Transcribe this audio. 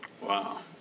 Wow